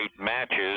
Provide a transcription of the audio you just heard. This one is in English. matches